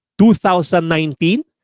2019